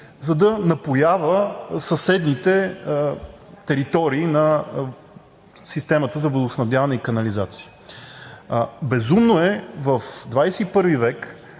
за да напоява съседните територии на системата за водоснабдяване и канализация. Безумно е в XXI век